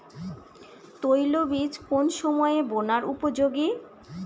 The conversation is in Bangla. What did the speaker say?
তৈলবীজ কোন সময়ে বোনার উপযোগী?